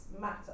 matter